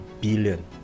billion